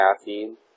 caffeine